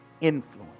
influence